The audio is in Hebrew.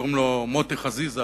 שקוראים לו מוטי חזיזה,